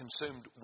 consumed